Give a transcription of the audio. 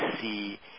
see